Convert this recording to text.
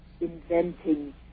inventing